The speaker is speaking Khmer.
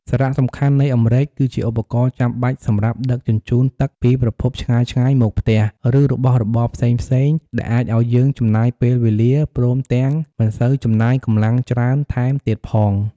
សារៈសំខាន់នៃអម្រែក គឺជាឧបករណ៍ចាំបាច់សម្រាប់ដឹកជញ្ជូនទឹកពីប្រភពឆ្ងាយៗមកផ្ទះ ឬរបស់របរផ្សេងៗ ដែលអាចឲ្យយើងចំណេញពេលវេលា ព្រមទាំងមិនសូវចំណាយកម្លាំងច្រើនថែមទៀតផង។